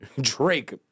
Drake